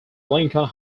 lincoln